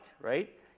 right